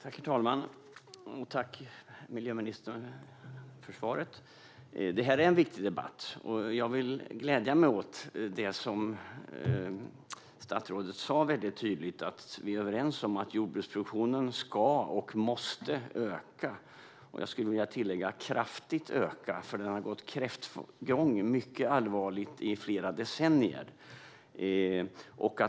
Herr talman! Tack, miljöministern, för svaret! Det här är en viktig debatt. Jag gläder mig åt det som statsrådet tydligt sa, att vi är överens om att jordbruksproduktionen ska och måste öka. Jag vill tillägga att den måste öka kraftigt, för den har gått kräftgång i flera decennier.